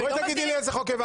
תגידי לי איזה חוק העברתי.